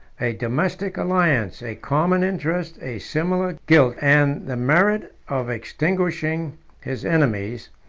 a domestic alliance, a common interest, a similar guilt, and the merit of extinguishing his enemies,